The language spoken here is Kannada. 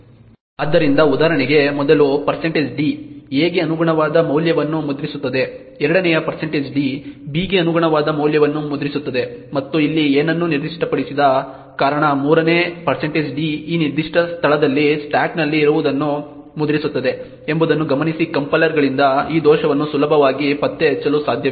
ಆದ್ದರಿಂದ ಉದಾಹರಣೆಗೆ ಮೊದಲ d a ಗೆ ಅನುಗುಣವಾದ ಮೌಲ್ಯವನ್ನು ಮುದ್ರಿಸುತ್ತದೆ ಎರಡನೆಯ d b ಗೆ ಅನುಗುಣವಾದ ಮೌಲ್ಯವನ್ನು ಮುದ್ರಿಸುತ್ತದೆ ಮತ್ತು ಇಲ್ಲಿ ಏನನ್ನೂ ನಿರ್ದಿಷ್ಟಪಡಿಸದ ಕಾರಣ ಮೂರನೇ d ಈ ನಿರ್ದಿಷ್ಟ ಸ್ಥಳದಲ್ಲಿ ಸ್ಟಾಕ್ನಲ್ಲಿ ಇರುವುದನ್ನು ಮುದ್ರಿಸುತ್ತದೆ ಎಂಬುದನ್ನು ಗಮನಿಸಿ ಕಂಪೈಲರ್ಗಳಿಂದ ಈ ದೋಷವನ್ನು ಸುಲಭವಾಗಿ ಪತ್ತೆಹಚ್ಚಲು ಸಾಧ್ಯವಿಲ್ಲ